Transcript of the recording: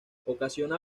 ocasiona